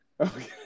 okay